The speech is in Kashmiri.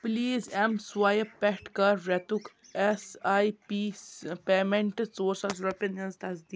پٕلیٖز اٮ۪م سٕوایپ پٮ۪ٹھ کَر رٮ۪تُک اٮ۪س آی پی پیمٮ۪نٛٹ ژور ساس رۄپیَن ہٕنٛز تصدیٖق